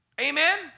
amen